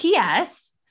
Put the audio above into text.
PS